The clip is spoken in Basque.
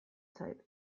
zait